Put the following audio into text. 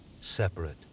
separate